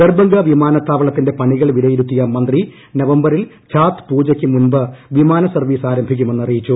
ദർബംഗ വിമാനത്താവളത്തിന്റെ പ്പണികൾ വിലയിരുത്തിയ മന്ത്രി നവംബറിൽ ഛാത് പ്രിപ്ടിക്ക് മുമ്പ് വിമാന സർവീസ് ആരംഭിക്കുമെന്ന് അറിയിച്ചു